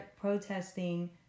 protesting